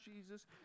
Jesus